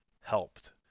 helped